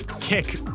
kick